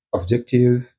objective